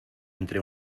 entre